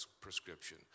prescription